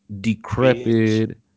decrepit